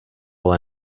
will